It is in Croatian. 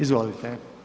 Izvolite.